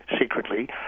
secretly